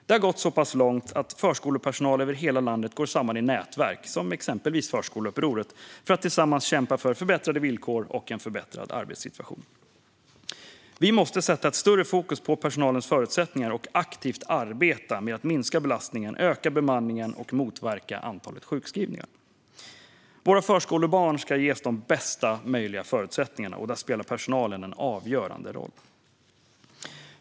Det har gått så pass långt att förskolepersonal över hela landet har gått samman i nätverk, exempelvis förskoleupproret, för att tillsammans kämpa för förbättrade villkor och en förbättrad arbetssituation. Vi måste sätta större fokus på personalens förutsättningar och aktivt arbeta med att minska belastningen, öka bemanningen och motverka antalet sjukskrivingar. Våra förskolebarn ska ges bästa möjliga förutsättningar, och då spelar personalen en avgörande roll.